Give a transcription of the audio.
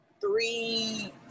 three